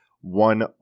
one